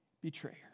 betrayer